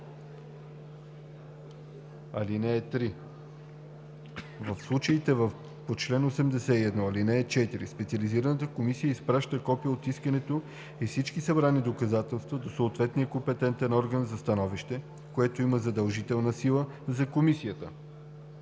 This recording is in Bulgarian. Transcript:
срок. (3) В случаите по чл. 81, ал. 4 специализираната комисия изпраща копие от искането и всички събрани доказателства до съответния компетентен орган за становище, което има задължителна сила за Комисията.